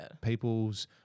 People's